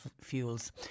fuels